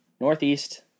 northeast